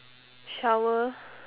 shower